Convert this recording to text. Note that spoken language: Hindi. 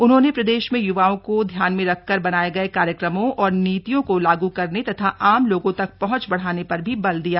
उन्होंने प्रदेश में युवाओं को ध्यान में रखकर बनाए गये कार्यक्रमों और नीतियों को लागू करने तथा आम लोगों तक पहुंच बढ़ाने पर भी बल दिया गया